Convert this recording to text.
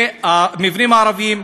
והמבנים הערביים,